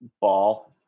ball